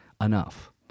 enough